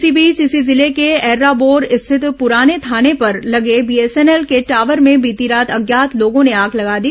इस बीच इसी जिले के एर्राबोर स्थित पुराने थाने पर लगे बीएसएनएल के टावर में बीती रात अज्ञात लोगों ने आग लगा दी